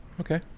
okay